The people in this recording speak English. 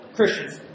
Christians